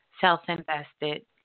Self-Invested